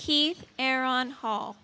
key air on hall